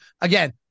Again